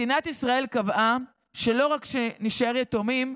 מדינת ישראל קבעה שלא רק שנישאר יתומים,